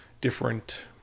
different